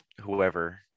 whoever